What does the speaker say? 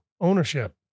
ownership